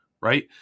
right